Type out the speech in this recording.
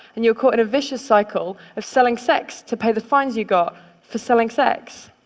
and you're caught in a vicious cycle of selling sex to pay the fines you got for selling sex.